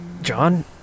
John